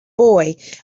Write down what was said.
boy